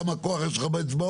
כמה כוח יש לך באצבעות,